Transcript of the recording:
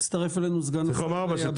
מצטרף אלינו סגן שר השר קארה, ברוך הבא.